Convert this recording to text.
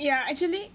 ya actually